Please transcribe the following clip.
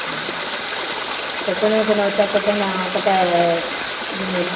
तऽ कोना कोना ओतऽसँ पहिने अहाँ कतऽ घूमै लऽ